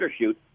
undershoot